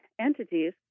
entities